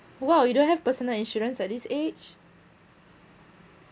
!wow! you don't have personal insurance at this age